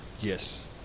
Yes